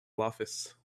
office